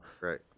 right